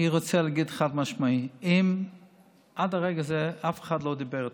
אני רוצה להגיד חד-משמעית: עד לרגע הזה אף אחד לא דיבר איתנו,